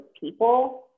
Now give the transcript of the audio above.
people